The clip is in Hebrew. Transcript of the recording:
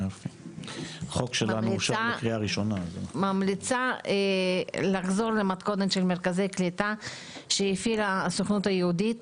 אני ממליצה לחזור למתכונת של מרכזי קליטה שהפעילה הסוכנות היהודית,